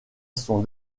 son